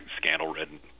scandal-ridden